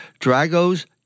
Drago's